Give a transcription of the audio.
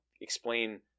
explain